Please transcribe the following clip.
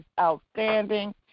outstanding